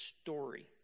story